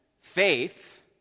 faith